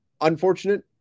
unfortunate